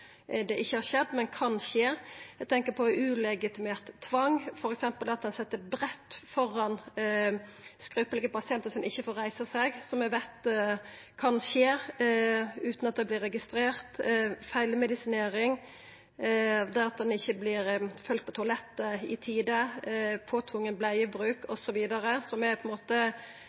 Eg tenkjer på ulegitimert tvang, f.eks. det at ein set brett føre skrøpelege pasientar så dei ikkje får reisa seg, som vi veit kan skje utan at det vert registrert, feilmedisinering, det at ein ikkje vert følgt på toalettet i tide, påtvinga bleiebruk osv. Dette er vanskeleg, men er